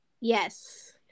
Yes